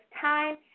time